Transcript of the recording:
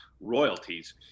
royalties